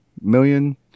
million